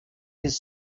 his